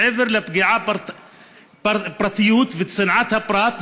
מעבר לפגיעה בפרטיות וצנעת הפרט,